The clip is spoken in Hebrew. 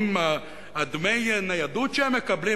עם דמי הניידות שהם מקבלים,